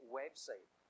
website